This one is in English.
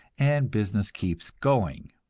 and business keeps going.